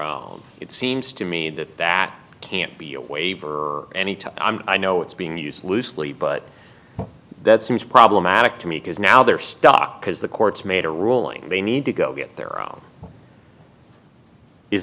e it seems to me that that can't be a waiver any time i know it's being used loosely but that seems problematic to me because now they're stuck because the courts made a ruling they need to go get their own is